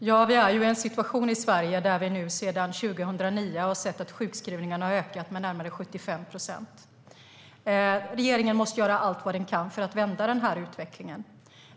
Fru talman! Situationen i Sverige är att sjukskrivningarna sedan 2009 har ökat med närmare 75 procent. Vi i regeringen måste göra allt vad vi kan för att vända utvecklingen.